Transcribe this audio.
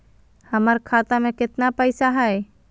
हमर खाता मे केतना पैसा हई?